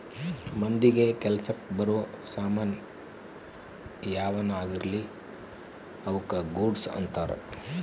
ಮಂದಿಗ ಕೆಲಸಕ್ ಬರೋ ಸಾಮನ್ ಯಾವನ ಆಗಿರ್ಲಿ ಅವುಕ ಗೂಡ್ಸ್ ಅಂತಾರ